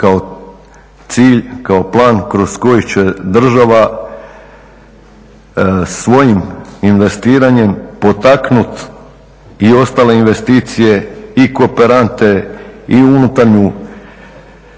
kao plan kroz koji će država svojim investiranjem potaknuti i ostale investicije i kooperante i unutarnju